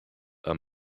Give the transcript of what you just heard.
are